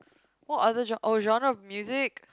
what other genre oh genre of music